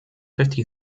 fifty